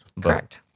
Correct